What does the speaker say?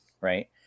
right